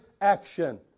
action